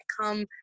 come